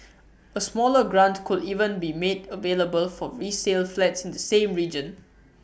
A smaller grant could even be made available for resale flats in the same region